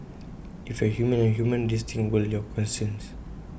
if you are humane and human these things will your conscience